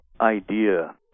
idea